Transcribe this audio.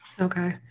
Okay